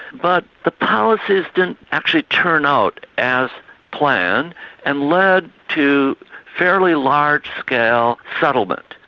but the policies didn't actually turn out as planned and led to fairly large-scale settlement.